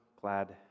Glad